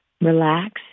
Relax